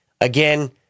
Again